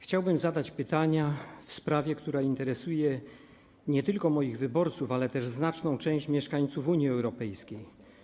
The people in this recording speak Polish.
Chciałbym zadać pytania w sprawie, która interesuje nie tylko moich wyborców, ale też znaczną część mieszkańców Unii Europejskiej.